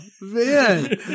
man